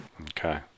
Okay